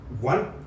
one